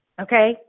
Okay